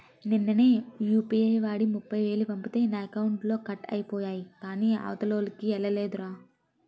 నిన్ననే యూ.పి.ఐ వాడి ముప్ఫైవేలు పంపితే నా అకౌంట్లో కట్ అయిపోయాయి కాని అవతలోల్లకి ఎల్లలేదురా